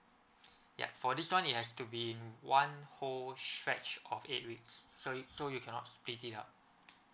ya for this one it has to be in one whole stretch of eight weeks so so you cannot speed it up